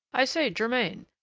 i say, germain,